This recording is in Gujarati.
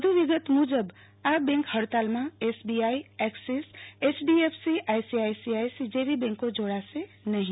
વધુ વિગત મુજબ આ બેંક હડતાલમાં એસબીઆઈ એકસીસ એચડીએફસી આઈસીઆઈસીઆઈ જેવી બેંકો જોડાશે નહીં